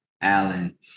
Allen